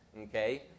Okay